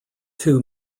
two